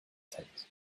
tent